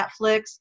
netflix